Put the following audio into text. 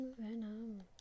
venom